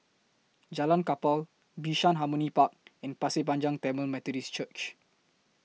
Jalan Kapal Bishan Harmony Park and Pasir Panjang Tamil Methodist Church